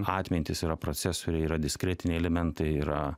atmintys yra procesoriai yra diskretiniai elementai yra